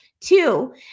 two